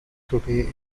today